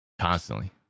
Constantly